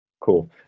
Cool